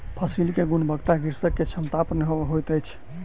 फसिल के गुणवत्ता कृषक के क्षमता पर निर्भर होइत अछि